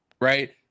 right